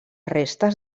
restes